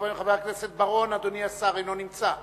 על כל פנים, חבר הכנסת בר-און לא נמצא.